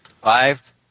Five